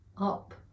up